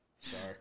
Sorry